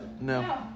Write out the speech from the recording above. No